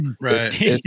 Right